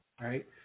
Right